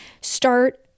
start